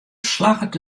slagget